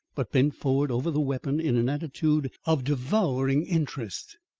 but bent forward over the weapon in an attitude of devouring interest.